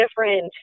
different